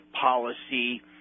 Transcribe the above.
policy